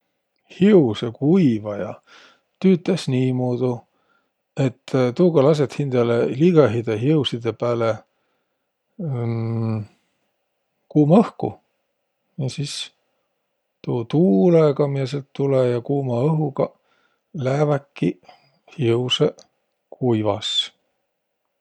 Hiusõkuivaja tüütäs niimuudu, et tuuga lasõt hindäle ligõhidõ hiusidõ pääle kuuma õhku. Ja sis tuu tuulõga, miä säält tulõ ja kuuma õhugaq lääväkiq hiusõq kuivas.